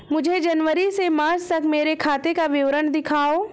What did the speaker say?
मुझे जनवरी से मार्च तक मेरे खाते का विवरण दिखाओ?